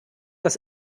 das